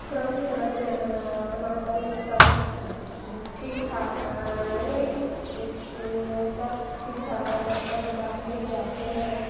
सुरक्षित रहते हैं अपना शरीर सब ठीक ठाक हैं नहीं सब ठीक ठाक हैं डॉक्टर के पास नहीं जाते हैं